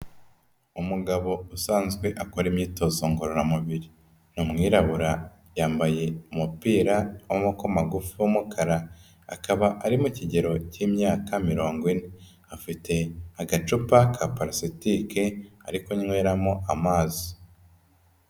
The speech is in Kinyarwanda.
Umugabo usanzwe akora imyitozo ngororamubiri, ni umwirabura yambaye umupira w'amakoboko magufi w'umukara, akaba ari mu kigero cy'imyaka mirongo ine, afite agacupa ka parasitike ari kunyweramo amazi.